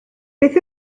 beth